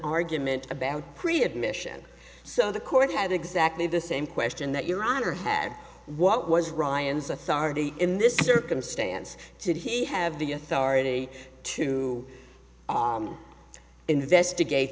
argument about pre admission so the court had exactly the same question that your honor had what was ryan's authority in this circumstance did he have the authority to investigate